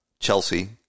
Chelsea